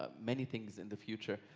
ah many things in the future.